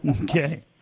okay